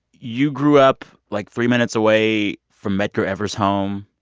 you grew up, like, three minutes away from medgar evers' home.